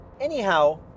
Anyhow